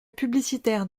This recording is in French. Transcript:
publicitaire